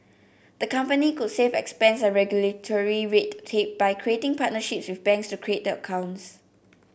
the company could save expense and regulatory red tape by creating partnerships with banks to create the accounts